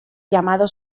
llamado